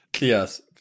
Yes